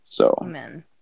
Amen